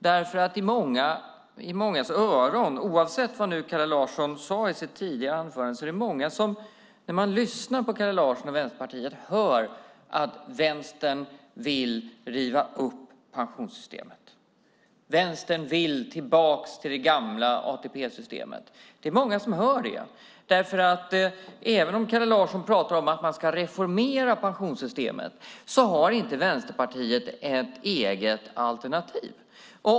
När de lyssnar på Kalle Larsson och Vänsterpartiet är det många som hör att Vänstern vill riva upp pensionssystemet. Vänstern vill tillbaka till det gamla ATP-systemet. Även om Kalle Larsson talar om att man vill reformera pensionssystemet har Vänsterpartiet inget eget alternativ.